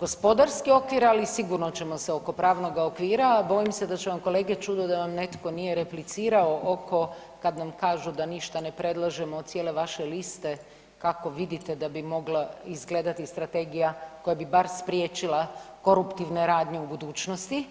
gospodarski okvir, ali sigurno ćemo se oko pravnoga okvira, a bojim se da će vam kolege, čudo da vam netko nije replicirao oko kad nam kažu da ništa ne predlažemo od cijele vaše liste kako vidite da bi mogla izgledati strategija koja bi bar spriječila koruptivne radnje u budućnosti.